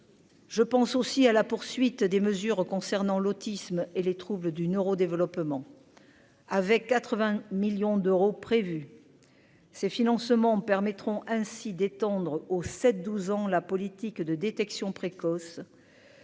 Je pense aussi à la poursuite des mesures concernant l'autisme et les troubles du neuro-développement avec 80 millions d'euros prévus ces financements permettront ainsi d'étendre aux 7 12 ans la politique de détection précoce.